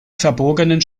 verbogenen